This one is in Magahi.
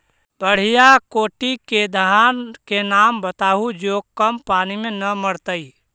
बढ़िया कोटि के धान के नाम बताहु जो कम पानी में न मरतइ?